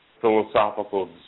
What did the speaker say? philosophical